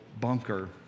bunker